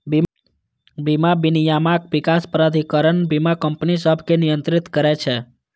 बीमा विनियामक विकास प्राधिकरण बीमा कंपनी सभकें नियंत्रित करै छै